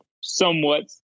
somewhat